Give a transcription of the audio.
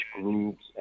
groups